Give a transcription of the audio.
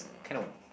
kind of